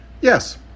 Yes